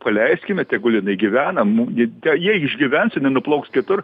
paleiskime tegul jinai gyvena mum gi jei išgyvens jinai nuplauks kitur